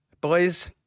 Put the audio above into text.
Boys